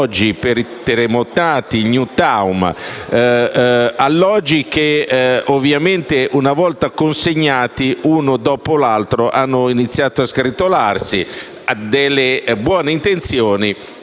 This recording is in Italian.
per i terremotati (le *new town*), alloggi che ovviamente, una volta consegnati, uno dopo l'altro hanno iniziato a sgretolarsi; di fronte a delle buone intenzioni